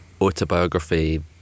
autobiography